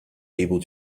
able